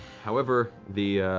however, the